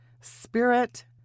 Spirit